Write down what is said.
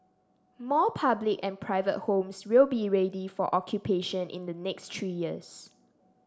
more public and private homes will be ready for occupation in the next three years